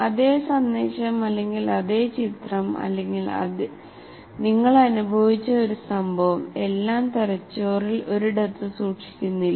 അതേ സന്ദേശം അല്ലെങ്കിൽ അതേ ചിത്രം അല്ലെങ്കിൽ നിങ്ങൾ അനുഭവിച്ച ഒരു സംഭവം എല്ലാം തലച്ചോറിൽ ഒരിടത്ത് സൂക്ഷിക്കുന്നില്ല